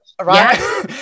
Right